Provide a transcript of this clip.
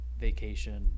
vacation